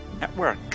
Network